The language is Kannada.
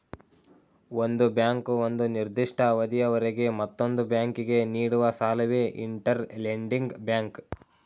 ಒಂದು ಬ್ಯಾಂಕು ಒಂದು ನಿರ್ದಿಷ್ಟ ಅವಧಿಯವರೆಗೆ ಮತ್ತೊಂದು ಬ್ಯಾಂಕಿಗೆ ನೀಡುವ ಸಾಲವೇ ಇಂಟರ್ ಲೆಂಡಿಂಗ್ ಬ್ಯಾಂಕ್